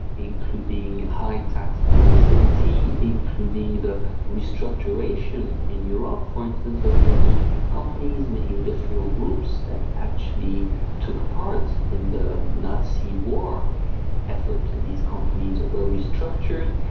including high tax progressivity, including the restructuration in europe, for instance, of many companies, many industrial groups that actually took part in the nazi war effort, and these companies were restructured.